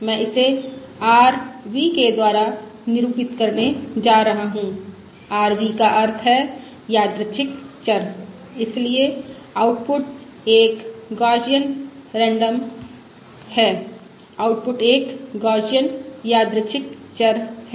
मैं इसे r v के द्वारा निरूपित करने जा रहा हूं r v का अर्थ है यादृच्छिक चर इसलिए निर्गत एक गौसियन Random है निर्गत एक गौसियन यादृच्छिक चर है